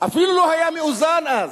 הוא אפילו לא היה מאוזן אז.